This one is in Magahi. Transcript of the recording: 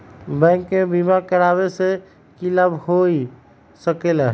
बैंक से बिमा करावे से की लाभ होई सकेला?